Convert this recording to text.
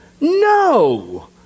No